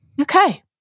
Okay